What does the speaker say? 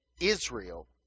Israel